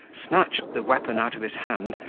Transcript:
snatched the weapon out of his hand,